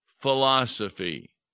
philosophy